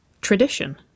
Tradition